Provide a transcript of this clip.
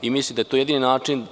Mislim da je to jedini način.